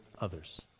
others